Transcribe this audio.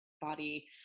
body